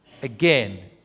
Again